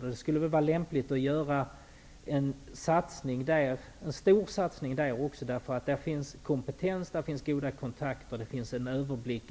Vore det inte lämpligt att göra en stor satsning även där? Inom NUTEK finns det stor kompetens, goda kontakter och en överblick